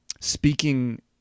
speaking